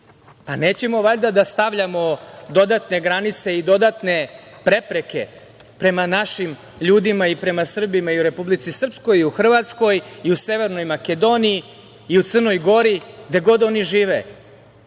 Nećemo valjda da stavljamo dodatne granice i dodatne prepreke prema našim ljudima, prema Srbima i u Republici Srpskoj i u Hrvatskoj i u Severnoj Makedoniji i u Crnoj Gori, gde god oni žive?